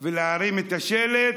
ולהרים את השלט: